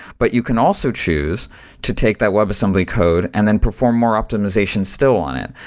but you can also choose to take that webassembly code and then perform more optimization still on it,